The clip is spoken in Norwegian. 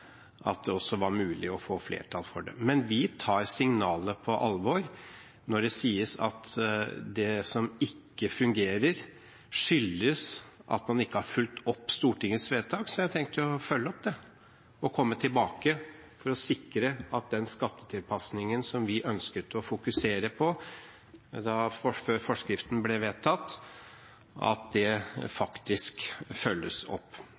at det også var mulig å få flertall for det. Men vi tar signalet på alvor. Når det sies at det som ikke fungerer, ikke fungerer fordi man ikke har fulgt opp Stortingets vedtak, så har jeg tenkt å følge opp det og komme tilbake for å sikre at den skattetilpasningen som vi ønsket å fokusere på da forskriften ble vedtatt, faktisk følges opp.